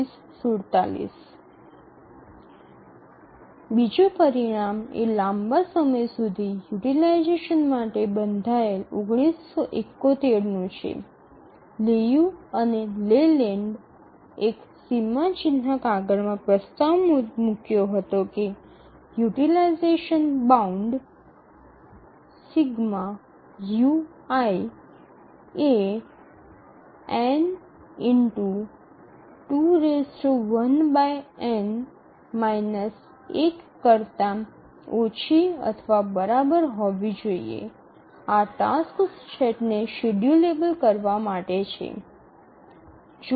બીજું પરિણામ એ લાંબા સમય સુધી યુટીલાઈઝેશન માટે બંધાયેલ ૧૯૭૧નું છે લિયુ અને લેલેન્ડે એક સીમાચિહ્ન કાગળમાં પ્રસ્તાવ મૂક્યો હતો કે યુટીલાઈઝેશન બાઉન્ડ ≤ n2 1 આ ટાસક્સ સેટ ને શેડ્યૂલેબલ કરવા માટે છે